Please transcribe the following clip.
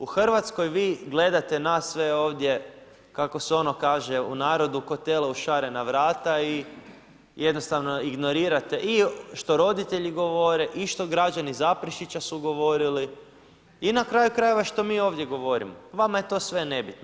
U Hrvatskoj vi gledate nas sve ovdje kako se ono kaže u narodu kao tele u šarena vrata i jednostavno ignorirate i što roditelji govore i što građani Zaprešića su govorili i na kraju krajeva što mi ovdje govorimo, vama je to sve nebitno.